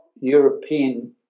European